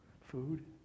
food